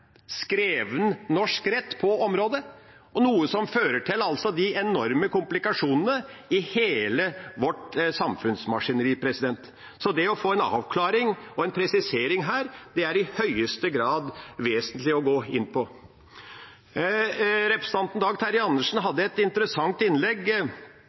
skrevet norsk rett på området, noe som fører til enorme komplikasjoner i hele vårt samfunnsmaskineri. Så det er i høyeste grad vesentlig å få en avklaring på og en presisering av dette. Representanten Dag Terje Andersen hadde et interessant innlegg